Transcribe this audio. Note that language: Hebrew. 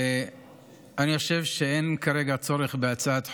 אני חושב שאין כרגע צורך בהצעת חוק.